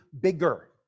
bigger